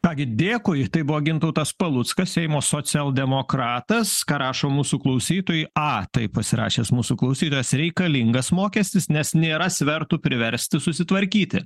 ką gi dėkui tai buvo gintautas paluckas seimo socialdemokratas ką rašo mūsų klausytojai a taip pasirašęs mūsų klausytojas reikalingas mokestis nes nėra svertų priversti susitvarkyti